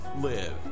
live